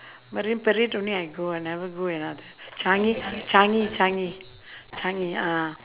marine-parade only I go I never go another changi changi changi changi ah